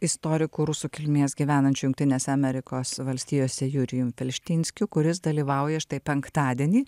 istoriku rusų kilmės gyvenančiu jungtinėse amerikos valstijose jurijum felštinskiu kuris dalyvauja štai penktadienį